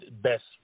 best